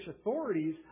authorities